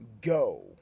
go